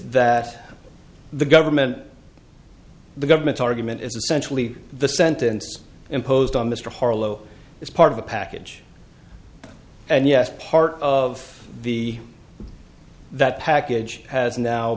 that the government the government's argument is essentially the sentence imposed on mr harlow is part of the package and yes part of the that package has now